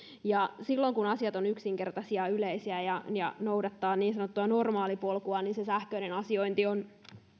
silloin kun asiat ovat yksinkertaisia ja yleisiä ja noudattavat niin sanottua normaalipolkua sähköinen asiointi on